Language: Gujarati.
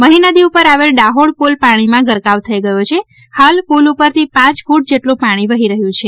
મહી નદી પર આવેલ હાડોળ પુલ પાણી માં ગરકાવ થઈ ગયો છે હાલ પુલ પરથી પાંચ ફૂટ જેટલું પાણી વહી રહ્યું છે